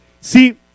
see